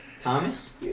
Thomas